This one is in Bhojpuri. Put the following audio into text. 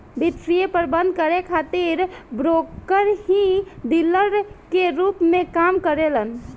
वित्तीय प्रबंधन करे खातिर ब्रोकर ही डीलर के रूप में काम करेलन